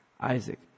Isaac